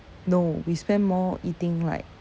no we spend more eating like